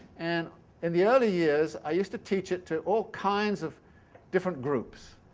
and in the early years i used to teach it to all kinds of different groups.